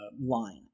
line